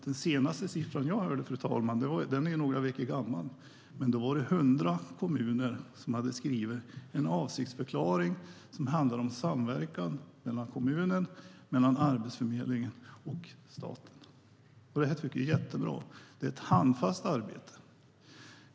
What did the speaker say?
Den senaste siffran jag hörde är några veckor gammal nu, men då var det 100 kommuner som hade skrivit en avsiktsförklaring som handlar om samverkan mellan kommunen, Arbetsförmedlingen och staten. Det här tycker vi är jättebra. Det är ett handfast arbete.